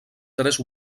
tres